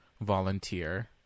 volunteer